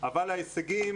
אבל ההישגים